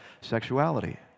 sexuality